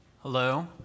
Hello